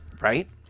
Right